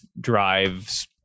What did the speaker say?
drives